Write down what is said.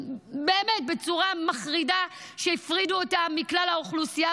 שבאמת בצורה מחרידה שהפרידו אותם מכלל האוכלוסייה.